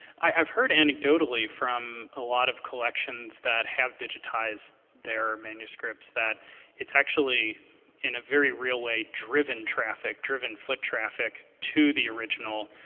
i've heard anecdotally from a lot of collections that have digitized their manuscripts that it's actually in a very real way driven traffic, driven foot traffic to the original.